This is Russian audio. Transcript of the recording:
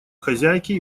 хозяйке